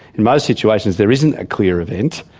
in most situations there isn't a clear event.